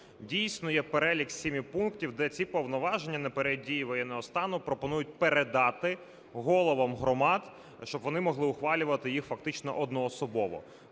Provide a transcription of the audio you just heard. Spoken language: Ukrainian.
Дійсно, є перелік з семи пунктів, де ці повноваження на період дії воєнного стану пропонують передати головам громад, щоб вони могли ухвалювати їх фактично одноособово.